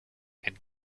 and